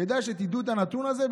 כדאי שתדעו את הנתון הזה,